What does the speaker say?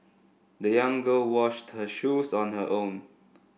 the young girl washed her shoes on her own